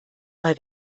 mal